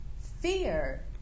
fear